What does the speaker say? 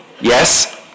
Yes